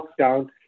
lockdown